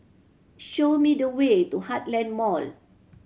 show me the way to Heartland Mall